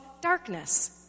darkness